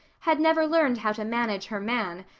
had never learned how to manage her man,